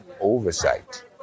oversight